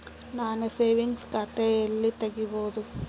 ನಾನು ಸೇವಿಂಗ್ಸ್ ಖಾತಾ ಎಲ್ಲಿ ತಗಿಬೋದು?